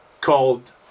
called